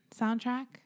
soundtrack